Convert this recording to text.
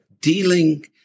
dealing